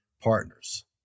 partners